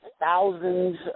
thousands